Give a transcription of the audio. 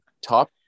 top